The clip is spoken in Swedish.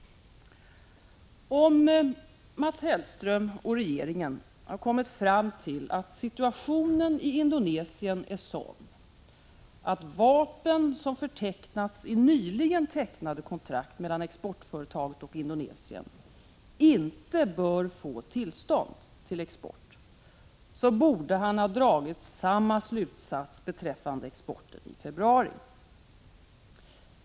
Om Mats Hellström och regeringen har kommit fram till att situationen i Indonesien är sådan att vapen som förtecknats i nyligen skrivna kontrakt mellan exportföretaget och Indonesien inte bör få exporteras, borde han ha dragit samma slutsats beträffande exporten i februari.